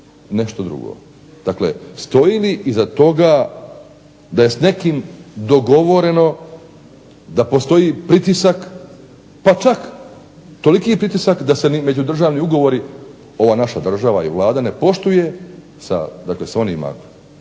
nešto drugo? Dakle, stoji li iza toga da je s nekim dogovoreno da postoji pritisak, pa čak toliki pritisak da se ni međudržavni ugovori ova naša Vlada i država ne poštuje sa onim